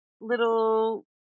little